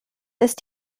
ist